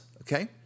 Okay